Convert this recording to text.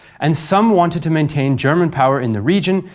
and some wanted to maintain german power in the region.